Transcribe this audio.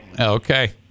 Okay